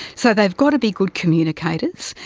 so they've got to be good communicators,